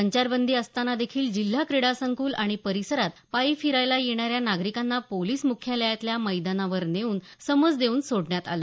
संचारबंदी असतांना देखील जिल्हा क्रीडा संकुल आणि परिसरात पायी फिरायला येणाऱ्या नागरिकांना पोलीस मुख्यालयातल्या मैदनावर नेऊन समज देवून सोडण्यात आलं